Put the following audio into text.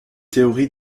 théories